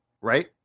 right